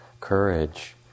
courage